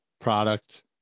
product